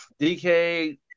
DK